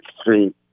Street